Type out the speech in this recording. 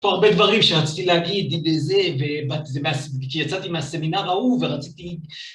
יש פה הרבה דברים שרציתי להגיד בזה... כשיצאתי מהסמינר ההוא ורציתי